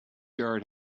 yard